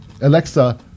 Alexa